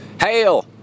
Hail